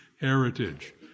heritage